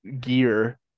gear